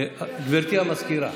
גברתי המזכירה,